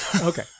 Okay